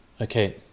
Okay